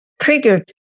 triggered